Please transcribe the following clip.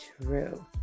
true